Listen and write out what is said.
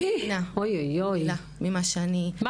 לא מבינה ממה שאני --- אוי,